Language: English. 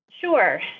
Sure